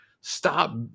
Stop